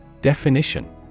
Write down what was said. Definition